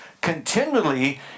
continually